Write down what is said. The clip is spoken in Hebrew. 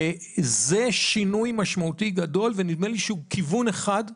וזה שינוי משמעותי גדול ונדמה לי שהוא כיוון אחד,